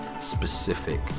specific